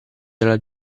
dalla